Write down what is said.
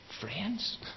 Friends